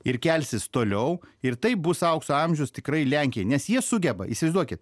ir kelsis toliau ir taip bus aukso amžius tikrai lenkijai nes jie sugeba įsivaizduokit